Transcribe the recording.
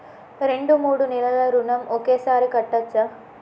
రెండు మూడు నెలల ఋణం ఒకేసారి కట్టచ్చా?